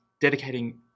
dedicating